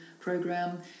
program